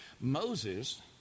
Moses